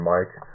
Mike